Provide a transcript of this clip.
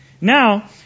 Now